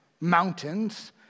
mountains